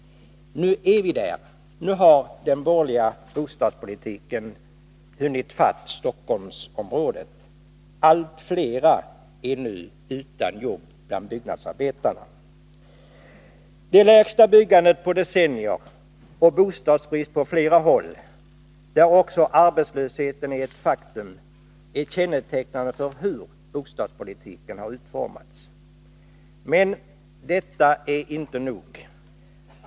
Nu är vi där. Nu har den borgerliga bostadspolitiken hunnit fatt Stockholmsområdet. Allt flera är nu utan jobb bland byggnadsarbetarna. Det lägsta byggandet på decennier och bostadsbrist på flera håll, där också arbetslösheten är ett faktum, är kännetecknande för hur bostadspolitiken har utformats. Men detta är inte nog.